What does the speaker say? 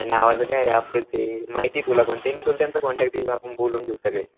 नावाचं काय रे आपलेच आहे ते माहिती आहे तुला पण ते मी तुला त्यांचा कॉन्टॅक्ट दिल आपण बोलून घेऊ सगळे